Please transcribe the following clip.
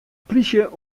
plysje